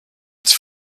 its